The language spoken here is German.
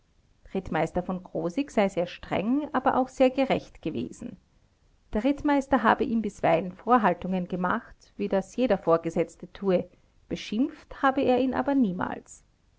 rittmeister v krosigk sei sehr streng aber auch sehr gerecht recht gewesen der rittmeister habe ihm bisweilen vorhaltungen gemacht wie das jeder vorgesetzte tue beschimpft habe er ihn aber niemals